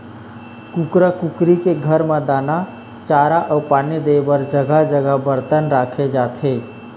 कुकरा कुकरी के घर म दाना, चारा अउ पानी दे बर जघा जघा बरतन राखे जाथे